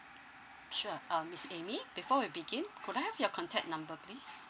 sure um miss amy before we begin could I have your contact number please